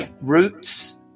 Roots